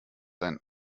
ein